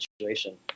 situation